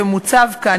שמוצב כאן,